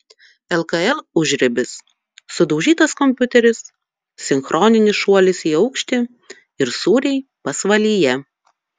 lkl užribis sudaužytas kompiuteris sinchroninis šuolis į aukštį ir sūriai pasvalyje